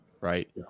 right